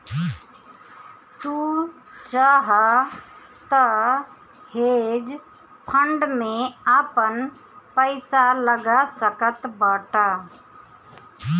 तू चाहअ तअ हेज फंड में आपन पईसा लगा सकत बाटअ